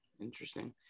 interesting